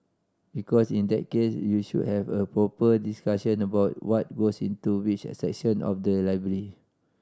because in that case you should have a proper discussion about what goes into which section of the library